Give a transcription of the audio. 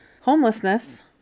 homelessness